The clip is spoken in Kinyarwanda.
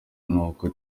n’uko